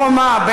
חומה,